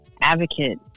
advocate